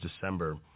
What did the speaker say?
December